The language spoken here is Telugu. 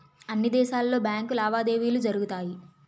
అన్ని దేశాలలో బ్యాంకు లావాదేవీలు జరుగుతాయి